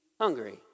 hungry